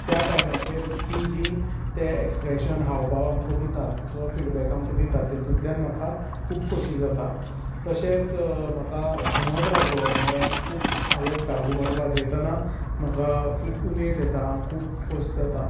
त्या टायमाचेर तीं जी तें ऍक्सप्रेशन हावभाव आमकां दिता जो फीडबॅक आमकां दिता तेतूंतल्यान म्हाका खूब खोशी जाता तशेंच म्हाका घुमट वाजोवप हे खूब आवडटा घुमट वाजयताना म्हाका खूब उमेद येता खूब खोस जाता